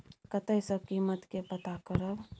कतय सॅ कीमत के पता करब?